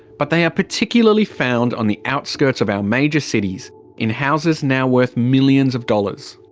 but they are particularly found on the outskirts of our major cities in houses now worth millions of dollars.